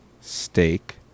steak